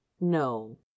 No